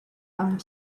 our